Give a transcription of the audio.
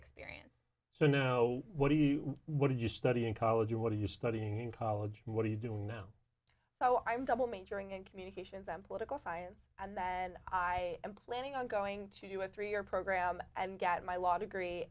experience so what do we what did you study in college or what are you studying in college what are you doing now so i'm double majoring in communications them political science and then i am planning on going to do a three year program and get my law degree